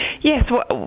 yes